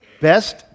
Best